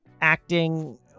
acting